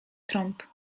trąb